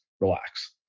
Relax